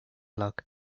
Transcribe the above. luck